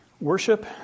Worship